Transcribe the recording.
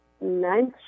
ninth